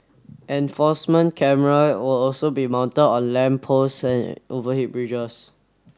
enforcement camera will also be mounted on lamp posts and overhead bridges